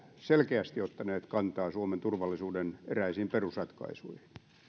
selkeästi ottaneet kantaa suomen turvallisuuden eräisiin perusratkaisuihin